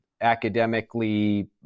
academically